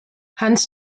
hans